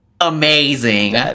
amazing